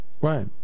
Right